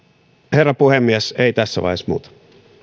herra puhemies ei tässä vaiheessa muuta